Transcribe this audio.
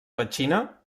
petxina